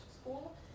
school